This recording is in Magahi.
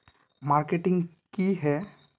मार्केटिंग की है?